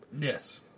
Yes